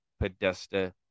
Podesta